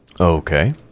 Okay